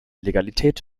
legalität